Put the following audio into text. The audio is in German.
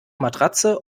matratze